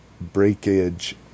breakage